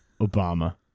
Obama